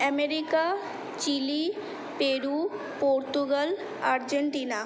America Chile Peru Portugal Argentina